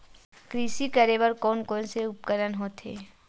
कृषि करेबर कोन कौन से उपकरण होथे?